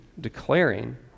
declaring